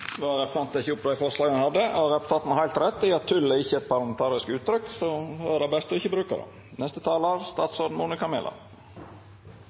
Representanten Petter Eide har teke opp dei forslaga han refererte til. Representanten har heilt rett i at «tull» ikkje er eit parlamentarisk uttrykk, så då er det